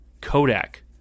Kodak